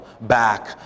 back